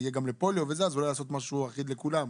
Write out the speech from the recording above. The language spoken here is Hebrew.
יהיה גם לפוליו אז אולי כדאי לעשות משהו אחיד לכולם.